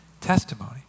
testimony